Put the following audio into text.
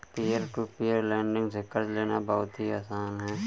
peer to peer lending से कर्ज लेना बहुत ही आसान है